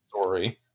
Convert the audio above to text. story